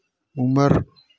उमर